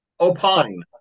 Opine